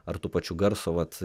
ar tų pačių garso vat